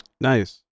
Nice